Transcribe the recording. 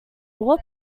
wall